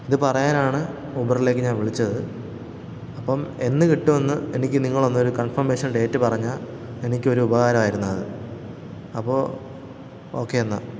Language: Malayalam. ഇതു പറയാനാണ് ഊബറിലേക്കു ഞാൻ വിളിച്ചത് അപ്പം എന്നു കിട്ടുമെന്ന് എനിക്ക് നിങ്ങളൊന്നൊരു കൺഫോർമേഷൻ ഡേറ്റ് പറഞ്ഞാൽ എനിക്കൊരുപകാരമായിരുന്നു അത് അപ്പോൾ ഓക്കേ എന്നാൽ